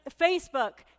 Facebook